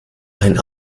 ein